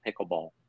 pickleball